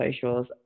socials